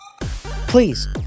Please